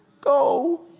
Go